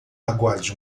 aguarde